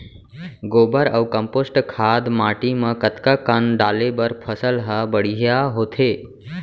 गोबर अऊ कम्पोस्ट खाद माटी म कतका कन डाले बर फसल ह बढ़िया होथे?